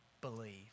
believe